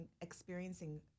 experiencing